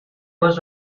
was